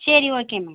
சரி okay ma'am